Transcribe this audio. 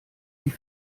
die